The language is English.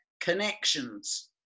connections